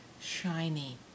shiny